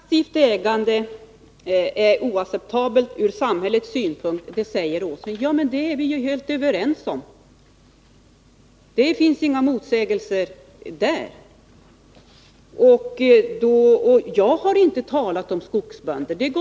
Herr talman! Passivt ägande är oacceptabelt ur samhällets synpunkt, säger Nils Åsling. Ja, men det är vi ju helt överens om. Det finns inga motsägelser där. Jag har inte talat om skogsbönder.